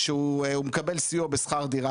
שהוא מקבל סיוע בשכר דירה